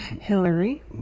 Hillary